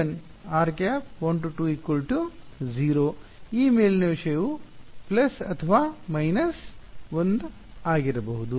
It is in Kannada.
rˆ1−2 0 ಈ ಮೇಲಿನ ವಿಷಯವು ಪ್ಲಸ್ ಅಥವಾ ಮೈನಸ್ 1 ಆಗಿರಬಹುದು